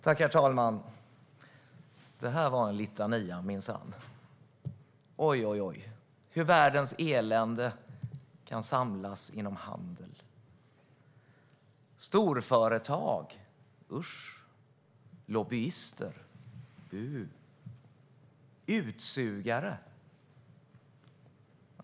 Herr talman! Det här var minsann en litania - oj, oj, oj - om hur världens elände kan samlas inom handel. Storföretag - usch, lobbyister - bu, utsugare!